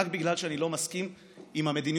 רק בגלל שאני לא מסכים עם המדיניות